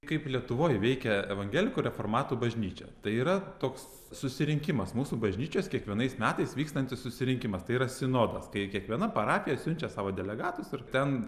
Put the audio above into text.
kaip lietuvoj veikė evangelikų reformatų bažnyčia tai yra toks susirinkimas mūsų bažnyčios kiekvienais metais vykstantis susirinkimas tai yra sinodas kai kiekviena parapija siunčia savo delegatus ir ten